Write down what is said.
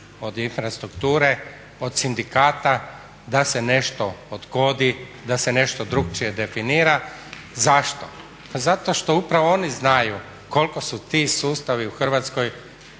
od infrastrukture, od sindikata da se nešto odgodi, da se nešto drukčije definira. Zašto? Pa zato što upravo oni znaju koliko su ti sustavi u Hrvatskoj